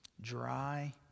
dry